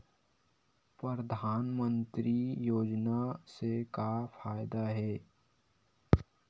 परधानमंतरी योजना से का फ़ायदा हे?